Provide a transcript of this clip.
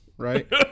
right